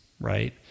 Right